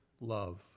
love